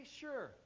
sure